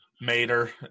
mater